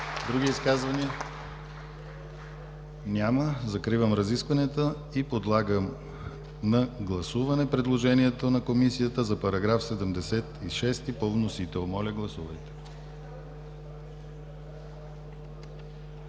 Други изказвания? Няма. Закривам разискванията и подлагам на гласуване предложението на Комисията за § 76 по вносител. Гласували